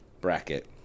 bracket